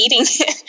eating